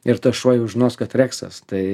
ir tas šuo jau žinos kad reksas tai